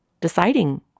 deciding